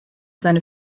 seine